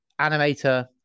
animator